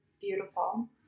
Beautiful